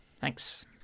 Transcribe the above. Thanks